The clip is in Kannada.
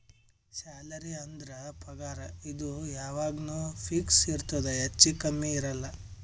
ಸ್ಯಾಲರಿ ಅಂದುರ್ ಪಗಾರ್ ಇದು ಯಾವಾಗ್ನು ಫಿಕ್ಸ್ ಇರ್ತುದ್ ಹೆಚ್ಚಾ ಕಮ್ಮಿ ಇರಲ್ಲ